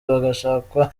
hagashakwa